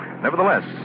Nevertheless